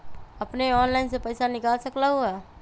अपने ऑनलाइन से पईसा निकाल सकलहु ह?